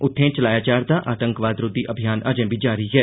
उत्थें चलाया जा'रदा आतंकवाद रोधी अभियान अजें बी जारी ऐ